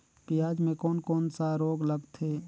पियाज मे कोन कोन सा रोग लगथे?